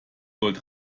gold